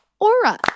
aura